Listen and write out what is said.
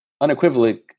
unequivocally